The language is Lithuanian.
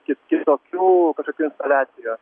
kit kitokių kažkokių intaliacijos